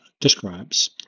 describes